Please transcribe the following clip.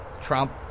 Trump